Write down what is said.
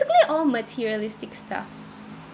basically all materialistic stuff